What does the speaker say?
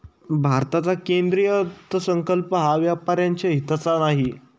भारताचा केंद्रीय अर्थसंकल्प हा व्यापाऱ्यांच्या हिताचा नाही